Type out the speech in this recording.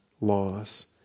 loss